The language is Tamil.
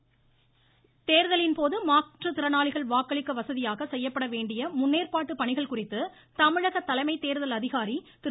தேர்தல் ஆணையம் தேர்தலின் போது மாற்றுத்திறனாளிகள் வாக்களிக்க வசதியாக செய்யப்பட வேண்டிய முன்னேற்பாட்டு பணிகள் குறித்து தமிழக தலைமை தேர்தல் அதிகாரி திரு